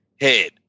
head